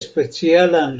specialan